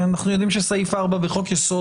אנחנו יודעים שסעיף 4 בחוק-יסוד: